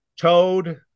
Toad